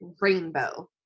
rainbow